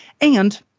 And-